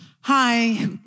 Hi